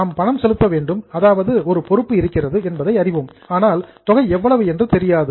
நாம் பணம் செலுத்த வேண்டும் அதாவது பொறுப்பு இருக்கிறது என்பதை அறிவோம் ஆனால் தொகை எவ்வளவு என்று தெரியாது